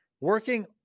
Working